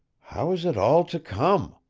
how is it all to come?